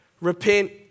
Repent